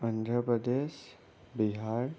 Andhra Pradesh Bihar